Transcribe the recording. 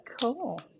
cool